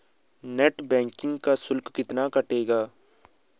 Net banking का शुल्क कितना कटेगा?